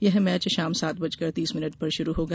यह मैच शाम सात बजकर तीस मिनट पर शुरू होगा